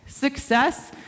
Success